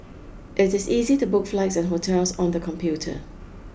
it is easy to book flights and hotels on the computer